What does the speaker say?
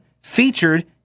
featured